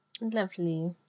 lovely